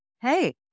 hey